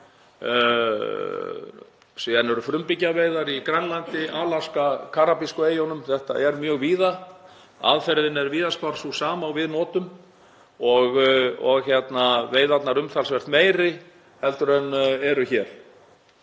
síðan eru frumbyggjaveiðar í Grænlandi, í Alaska og á karabísku eyjunum. Þetta er mjög víða. Aðferðin er víðast hvar sú sama og við notum og veiðarnar umtalsvert meiri heldur en eru hér.